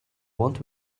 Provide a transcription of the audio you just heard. want